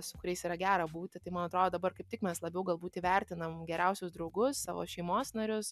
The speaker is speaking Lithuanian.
su kuriais yra gera būti tai man atrodo dabar kaip tik mes labiau galbūt įvertinam geriausius draugus savo šeimos narius